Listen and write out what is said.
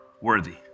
worthy